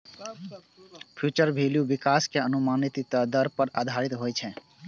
future value विकास के अनुमानित दर पर आधारित होइ छै